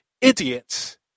idiots